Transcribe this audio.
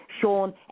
Sean